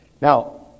Now